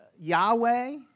Yahweh